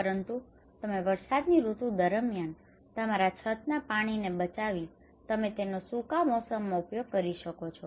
પરંતુ તમે વરસાદની ઋતુ દરમિયાન તમારા છતના પાણીને બચાવીને તમે તેનો સૂકા મોસમમાં ઉપયોગ કરી શકો છો